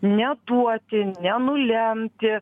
ne duoti ne nulemti